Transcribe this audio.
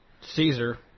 Caesar